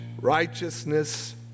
righteousness